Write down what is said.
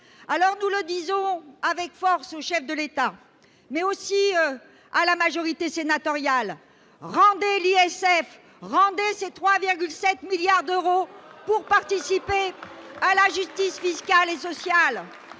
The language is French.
privés. Nous le disons avec force au chef de l'État mais aussi à la majorité sénatoriale : rendez l'ISF ! Rendez ces 3,7 milliards d'euros pour participer à la justice fiscale et sociale